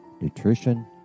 nutrition